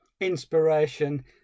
inspiration